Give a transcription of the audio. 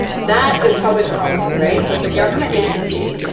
that is public policy, right? so it's a government agency,